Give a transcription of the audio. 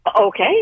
Okay